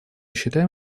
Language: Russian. считаем